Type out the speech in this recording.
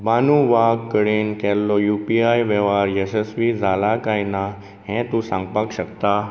बानू वाघ कडेन केल्लो यू पी आय वेव्हार यशस्वी जाला काय ना हें तूं सांगपाक शकता